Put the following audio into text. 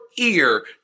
ear